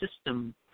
system